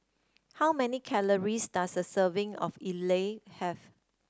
how many calories does a serving of idly have